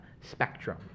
spectrum